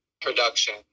production